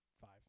Five